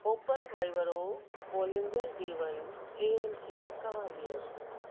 opal Vivaro Bollinger B one A M C क्वालियर